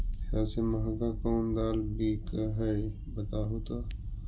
सबसे महंगा कोन दाल बिक है बताहु तो?